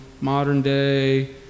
modern-day